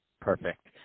Perfect